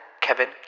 Kevin